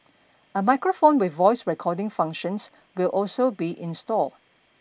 a microphone with voice recording functions will also be installed